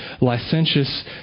licentious